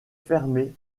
fermé